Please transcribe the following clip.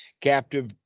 captive